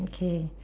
okay